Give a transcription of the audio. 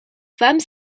femme